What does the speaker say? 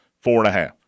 four-and-a-half